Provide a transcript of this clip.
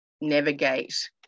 navigate